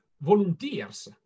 volunteers